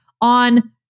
on